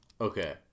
Okay